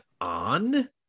on